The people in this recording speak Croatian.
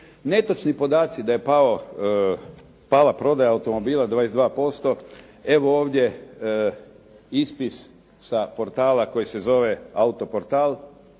Netočni podaci da je pala prodaja automobila 22%, evo ovdje ispis sa portala koji se zove Auto portal,